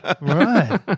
Right